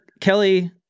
Kelly